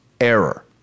error